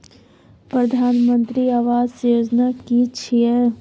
प्रधानमंत्री आवास योजना कि छिए?